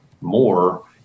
more